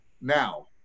now